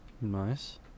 Nice